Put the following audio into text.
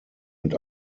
mit